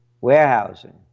warehousing